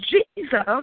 Jesus